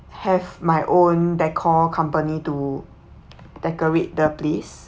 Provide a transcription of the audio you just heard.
have my own decor company to decorate the place